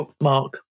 mark